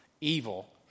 evil